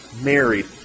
married